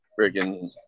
freaking